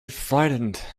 frightened